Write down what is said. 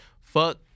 fuck